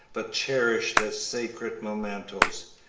but cherished as sacred mementos.